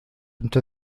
into